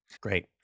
Great